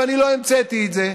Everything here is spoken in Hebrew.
ואני לא המצאתי את זה,